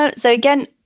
so so again,